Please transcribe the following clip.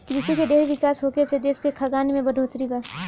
कृषि के ढेर विकास होखे से देश के खाद्यान में बढ़ोतरी बा